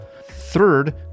Third